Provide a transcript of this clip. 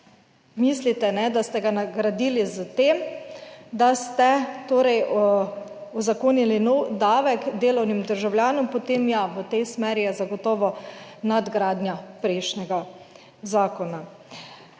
mislite, da ste ga nagradili s tem, da ste torej uzakonili nov davek delovnim državljanom, potem ja, v tej smeri je zagotovo nadgradnja prejšnjega zakona.